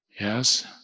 yes